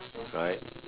right